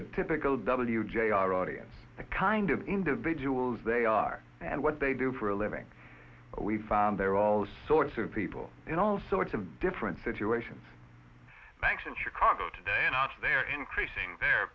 the typical w j r audience the kind of individuals they are and what they do for a living we've found there are all sorts of people in all sorts of different situations banks in chicago they're increasing their